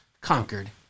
conquered